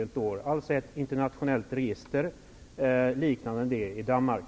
Det handlar alltså om ett internationellt register liknande det i Danmark.